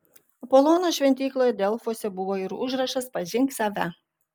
apolono šventykloje delfuose buvo ir užrašas pažink save